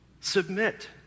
submit